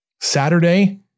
Saturday